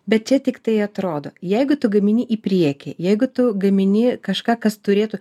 bet čia tiktai atrodo jeigu tu gamini į priekį jeigu tu gamini kažką kas turėtų